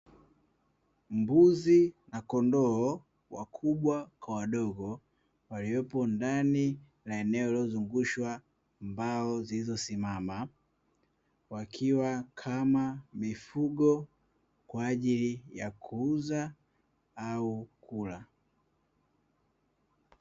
Mbuzi na kondoo wakubwa kwa wadogo, waliopo ndani ya eneo lililozungushwa mbao, zilizosimama wakiwa kama mifugo kwa ajili ya kuuza au kula.